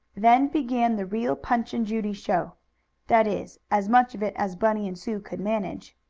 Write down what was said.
then began the real punch and judy show that is, as much of it as bunny and sue could manage.